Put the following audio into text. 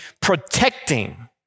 protecting